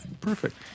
Perfect